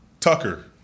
Tucker